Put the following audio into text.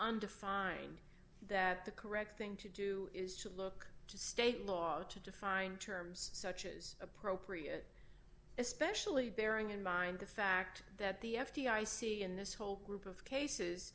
undefined that the correct thing to do is to look to state law to define terms such as appropriate especially bearing in mind the fact that the f d i c in this whole group of cases